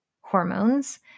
hormones